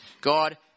god